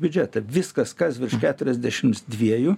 biudžetą viskas kas virš keturiasdešims dviejų